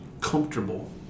comfortable